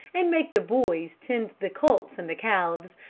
and make the boys tend the colts and the calves,